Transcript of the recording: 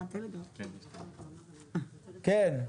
כן.